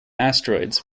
asteroids